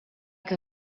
que